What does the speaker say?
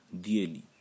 dearly